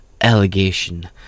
allegation